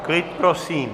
Klid, prosím.